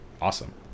awesome